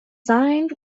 signed